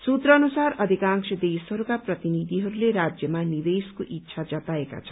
सूत्र अनुसार अधिकांश देशहरूका प्रतिनिधिहरूले राज्यमा निवेशको इच्छा जताएका छन्